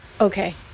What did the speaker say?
Okay